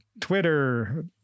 Twitter